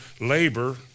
labor